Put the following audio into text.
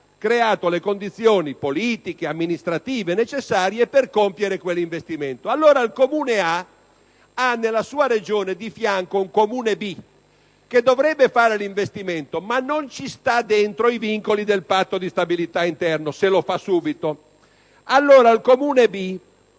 creato le condizioni politiche e amministrative necessarie per compiere questo investimento. Il Comune A ha nella sua Regione confinante un Comune B che dovrebbe fare l'investimento, ma che non rispetterebbe i vincoli del Patto di stabilità interno se lo facesse subito; allora il Comune B